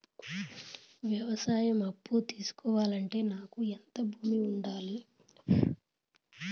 వ్యవసాయ అప్పు తీసుకోవాలంటే నాకు ఎంత భూమి ఉండాలి?